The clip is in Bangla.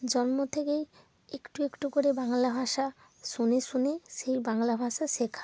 জন্ম থেকেই একটু একটু করে বাংলা ভাষা শুনে শুনে সেই বাংলা ভাষা শেখা